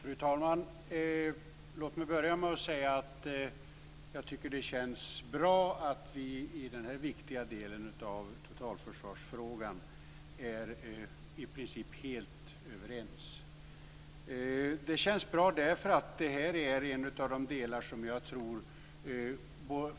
Fru talman! Låt mig börja med att säga att jag tycker att det känns bra att vi i den här viktiga delen av totalförsvarsfrågan är i princip helt överens. Det känns bra, därför att det här är en av de delar som jag tror är viktiga.